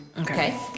Okay